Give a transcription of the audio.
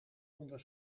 onder